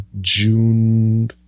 June